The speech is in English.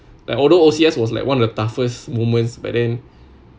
like although O_C_S was like one of the toughest moments but then